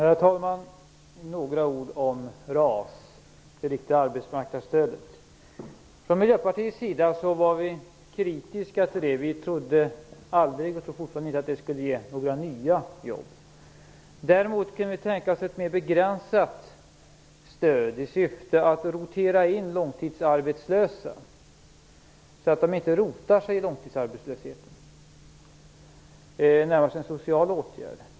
Herr talman! Låt mig säga några ord om RAS, det riktade arbetsmarknadsstödet. Vi i Miljöpartiet var kritiska till det. Vi trodde aldrig, och tror fortfarande inte, att det skulle ge några nya jobb. Däremot kunde vi tänka oss ett mer begränsat stöd i syfte att rotera in långtidsarbetslösa så att de inte rotar sig i långtidsarbetslösheten. Det är närmast en social åtgärd.